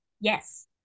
Yes